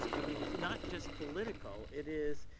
i mean, it's not just political. it is,